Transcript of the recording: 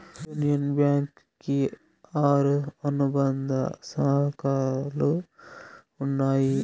union Bank కి ఆరు అనుబంధ శాఖలు ఉన్నాయి